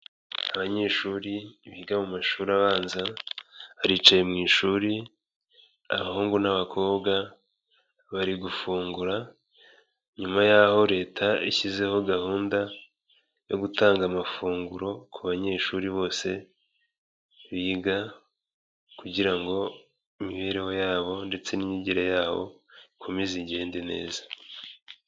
Abanyeshuri biga mu mashuri abanza, baricaye mu ishuri, abahungu n'abakobwa bari gufungura, nyuma y'aho Leta ishyizeho gahunda yo gutanga amafunguro ku banyeshuri bose biga kugira ngo imibereho yabo ndetse n'imyigire yabo ikomeze igende neza.